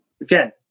again